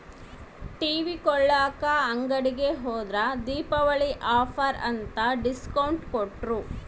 TV ಕೊಳ್ಳಾಕ ಅಂಗಡಿಗೆ ಹೋದ್ರ ದೀಪಾವಳಿ ಆಫರ್ ಅಂತ ಡಿಸ್ಕೌಂಟ್ ಕೊಟ್ರು